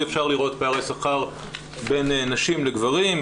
אפשר לראות פערי שכר בין נשים לגברים,